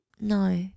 No